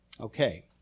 Okay